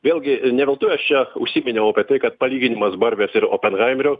vėlgi ne veltui aš čia užsiminiau apie tai kad kad palyginimas barbės ir openhaimerio